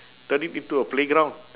turn it into a playground